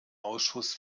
ausschuss